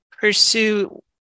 pursue